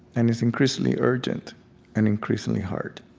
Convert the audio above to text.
and it's increasingly urgent and increasingly hard